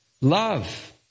Love